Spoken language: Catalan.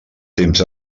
temps